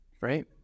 right